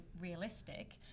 realistic